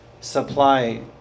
supply